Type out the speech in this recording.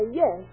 yes